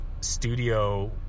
studio